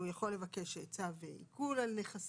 הוא יכול לבקש צו עיקול על נכסים,